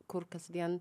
kur kasdien